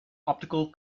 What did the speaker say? optical